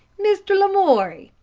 mr. lamoury,